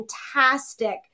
fantastic